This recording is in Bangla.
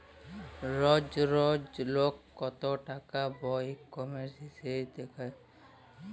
রজ রজ লক কত টাকা ব্যয় ক্যইরবেক সেট দ্যাখা